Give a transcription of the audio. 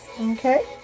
Okay